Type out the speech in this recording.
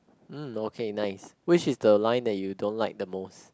mm okay nice which is the line that you don't like the most